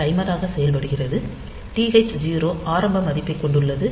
TH 0 ஆரம்ப மதிப்பைக் கொண்டுள்ளது